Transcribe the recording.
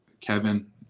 Kevin